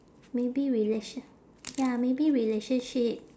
maybe relatio~ ya maybe relationship